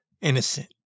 innocent